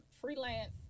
Freelance